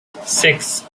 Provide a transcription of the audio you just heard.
six